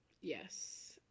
yes